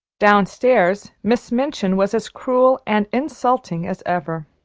downstairs miss minchin was as cruel and insulting as ever,